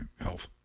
Health